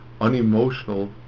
unemotional